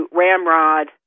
ramrod